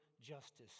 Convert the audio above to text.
justice